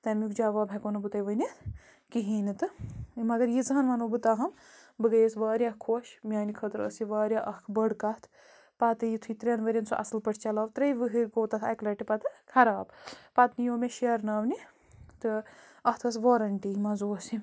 تَمیُک جواب ہٮ۪کَو نہٕ بہٕ تۄہہِ ؤنِتھ کِہیٖنۍ نہٕ تہٕ مگر ییٖژہن وَنو بہٕ تاہم بہٕ گٔیَس واریاہ خۄش میٛانہِ خٲطرٕ ٲس یہِ واریاہ اَکھ بٔڑ کَتھ پَتہٕ یُتھٕے ترٛٮ۪ن ؤرِیَن سُہ اَصٕل پٲٹھۍ چلاو ترٛیٚیہِ ؤۂرۍ گوٚو تَتھ اَکہِ لَٹہِ پَتہٕ خراب پَتہٕ نِیو مےٚ شیرناونہِ تہٕ اَتھ ٲس وارَنٹی منٛز اوس یہِ